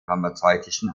pharmazeutischen